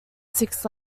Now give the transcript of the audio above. six